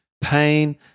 pain